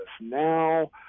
now